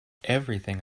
everything